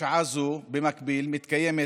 עכשיו, בשעה זו במקביל מתכנסת